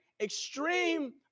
extreme